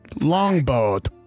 longboat